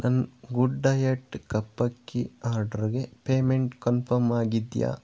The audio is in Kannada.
ನನ್ನ ಗುಡ್ ಡಯೆಟ್ ಕಪ್ಪಕ್ಕಿ ಆಡ್ರಗೆ ಪೇಮೆಂಟ್ ಕನ್ಫರ್ಮ್ ಆಗಿದೆಯಾ